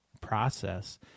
process